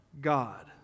God